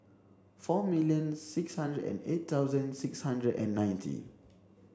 four million six hundred and eight thousand six hundred and ninety